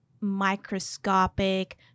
microscopic